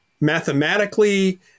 Mathematically